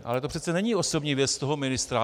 Ale to přece není osobní věc toho ministra.